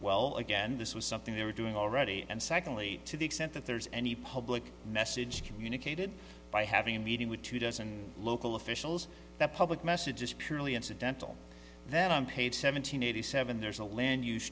well again this was something they were doing already and secondly to the extent that there's any public message communicated by having a meeting with two dozen local officials the public message is purely incidental that i'm paid seven hundred eighty seven there's a land use